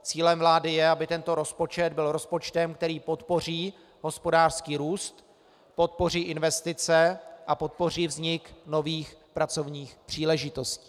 Cílem vlády je, aby tento rozpočet byl rozpočtem, který podpoří hospodářský růst, podpoří investice a podpoří vznik nových pracovních příležitostí.